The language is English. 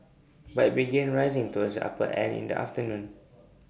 but IT began rising towards the upper end in the afternoon